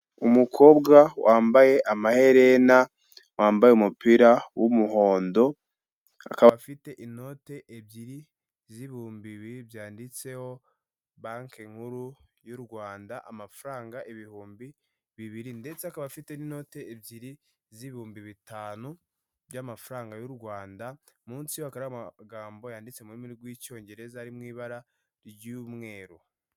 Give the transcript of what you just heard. Umukobwa wambaye amaherena wambaye umupira wumuhondo, akaba afite inoti ebyiri z'ibihumbi bibiri byanditseho banki nkuru y'u rwanda amafaranga ibihumbi bibiri, ndetse akaba afite n'inoti ebyiri z'ibihumbi bitanu by'amafaranga y'urwanda, munsi ye hakabahari amagambo yanditse mu rurimi rw'icyongereza ari m'ibara ry'umweru.